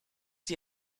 die